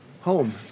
home